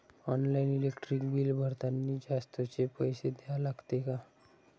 Online electric bill भरतानी जास्तचे पैसे द्या लागते का?